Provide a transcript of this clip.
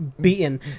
beaten